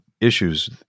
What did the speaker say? issues